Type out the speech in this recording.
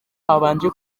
habanje